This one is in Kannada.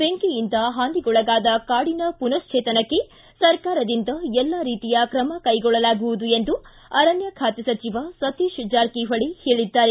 ಬೆಂಕಿಯಿಂದ ಹಾನಿಗೊಳಗಾದ ಕಾಡಿನ ಮನಶ್ವೇತನಕ್ಕೆ ಸರ್ಕಾರದಿಂದ ಎಲ್ಲಾ ರೀತಿಯ ಕ್ರಮ ಕೈಗೊಳ್ಳಲಾಗುವುದು ಎಂದು ಅರಣ್ಣ ಖಾತೆ ಸಚಿವ ಸತೀಶ್ ಜಾರಕಿಹೊಳಿ ಹೇಳಿದ್ದಾರೆ